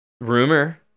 Rumor